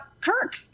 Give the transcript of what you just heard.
kirk